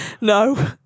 No